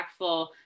impactful